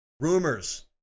Rumors